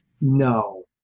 No